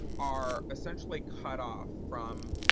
are essentially cut off from